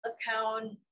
account